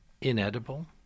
inedible